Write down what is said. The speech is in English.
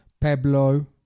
Pablo